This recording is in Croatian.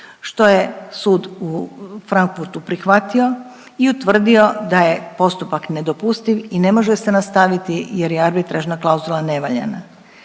što je sud u Frankfurtu prihvatio i utvrdio da je postupak nedopustiv i ne može se nastaviti jer je arbitražna klauzula nevaljana.